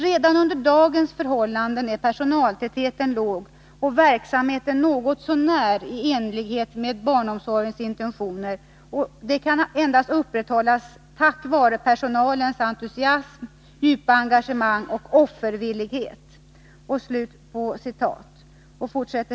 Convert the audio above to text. Redan under dagens förhållanden är personaltätheten låg och en verksamhet något så när i enlighet med barnomsorgens intentioner kan upprätthållas endast tack vare personalens entusiasm, djupa engagemang och offervillighet ——--.